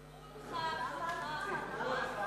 העבודה והרווחה.